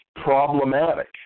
problematic